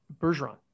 Bergeron